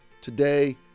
today